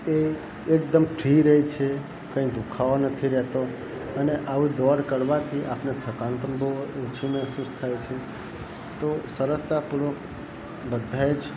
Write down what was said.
એ એકદમ ફ્રી રહે છે કાંઇ દુઃખાવો નથી રહેતો અને આવું દોડ કરવાથી આપણને થકાન પણ બહુ ઓછી મહેસૂસ થાય છે તો સરળતા પૂર્વક બધાય